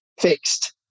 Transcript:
fixed